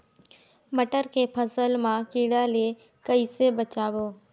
मटर के फसल मा कीड़ा ले कइसे बचाबो?